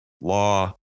law